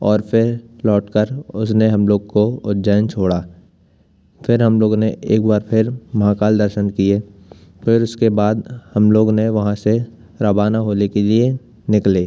और फिर लौट कर उसने हम लोग को उज्जैन छोड़ा फिर हम लोगों ने एक बार फिर महाकाल दर्शन किए फिर उसके बाद हम लोग ने वहाँ से रवाना होने के लिए निकले